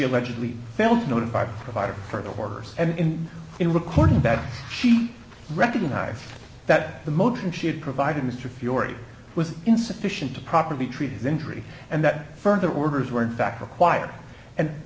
allegedly failed to notify provider for the orders and in in recording that she recognized that the motion she had provided mr fury was insufficient to properly treated the injury and that further orders were in fact required and